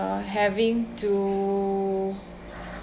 having to